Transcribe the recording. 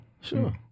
Sure